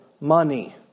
money